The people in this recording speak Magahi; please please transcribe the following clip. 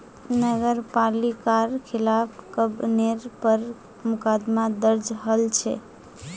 नगर पालिकार खिलाफ गबनेर पर मुकदमा दर्ज हल छ